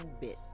bit